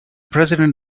president